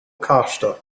costa